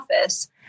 office